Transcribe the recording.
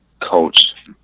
coach